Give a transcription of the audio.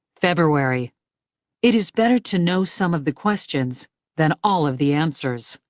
february it is better to know some of the questions than all of the answers.